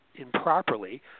improperly